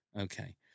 Okay